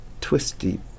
twisty